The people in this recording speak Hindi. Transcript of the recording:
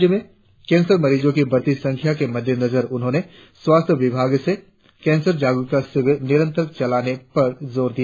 राज्य में कैंसर मरिजों की बढ़ती संख्या के मद्देनजर उन्होंने स्वास्थ्य विभाग से कैंसर जागरुकता शिविर निरंतर चलाने पर जोर दिया